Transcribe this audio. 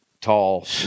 tall